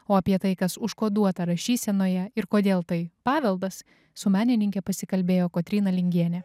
o apie tai kas užkoduota rašysenoje ir kodėl tai paveldas su menininke pasikalbėjo kotryna lingienė